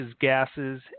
gases